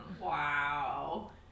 Wow